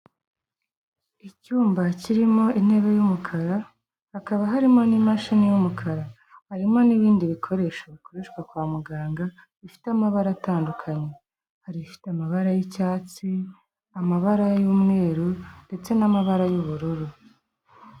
Icyumba kirimo intebe y'umukara, hakaba harimo n'imashini y'umukara. Harimo n'ibindi bikoresho bikoreshwa kwa muganga, bifite amabara atandukanye. Hari ibifite amabara y'icyatsi, amabara y'umweru, ndetse n'amabara y'ubururu.